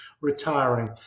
retiring